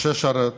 משה שרת,